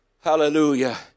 Hallelujah